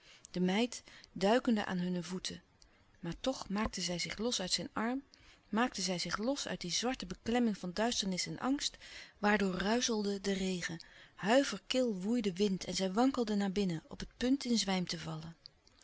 de meid duikende aan hunne voeten maar louis couperus de stille kracht toen maakte zij zich los uit zijn arm maakte zij zich los uit die zwarte beklemming van duisternis en angst waardoor ruizelde de regen huiverkil woei de wind en zij wankelde naar binnen op het punt in zwijm te vallen